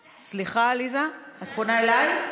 סליחה, עליזה, את פונה אליי?